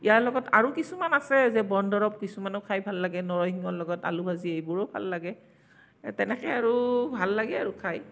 ইয়াৰ লগত আৰু কিছুমান আছে যে বন দৰৱ কিছুমানো খাই ভাল লাগে নৰসিংহৰ লগত আলু ভাজি এইবোৰো ভাল লাগে তেনেকে আৰু ভাল লাগে আৰু খায়